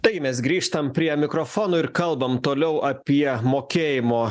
taigi mes grįžtam prie mikrofonų ir kalbam toliau apie mokėjimo